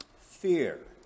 Fear